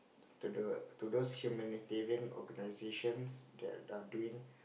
to the to those humanitarian organisations that are doing